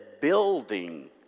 building